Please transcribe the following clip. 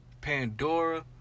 Pandora